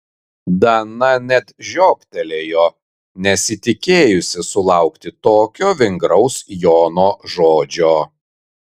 dana net žiobtelėjo nesitikėjusi sulaukti tokio vingraus jono žodžio